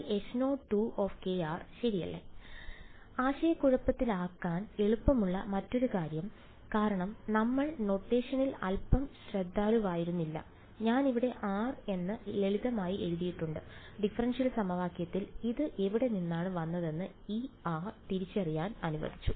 അതിനാൽ ആശയക്കുഴപ്പത്തിലാകാൻ എളുപ്പമുള്ള മറ്റൊരു കാര്യം കാരണം നമ്മൾ നൊട്ടേഷനിൽ അൽപ്പം ശ്രദ്ധാലുവായിരുന്നില്ല ഞാൻ ഇവിടെ r എന്ന് ലളിതമായി എഴുതിയിട്ടുണ്ട് ഡിഫറൻഷ്യൽ സമവാക്യത്തിൽ ഇത് എവിടെ നിന്നാണ് വന്നതെന്ന് ഈ r തിരിച്ചറിയാൻ അനുവദിക്കുന്നു